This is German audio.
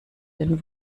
den